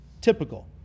typical